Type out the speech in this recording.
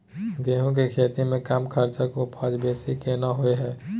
गेहूं के खेती में कम खर्च में उपजा बेसी केना होय है?